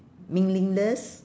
meaningless